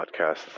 podcasts